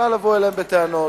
קל לבוא אליהם בטענות.